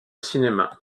cinéma